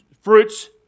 fruits